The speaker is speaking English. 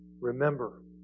Remember